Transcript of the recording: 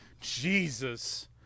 Jesus